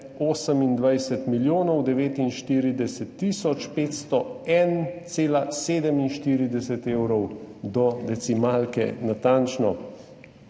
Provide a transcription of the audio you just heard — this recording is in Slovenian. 28 milijonov 49 tisoč 501,47 evra, do decimalke natančno.